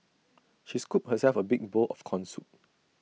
she scooped herself A big bowl of Corn Soup